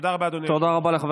תודה רבה, אדוני היושב-ראש.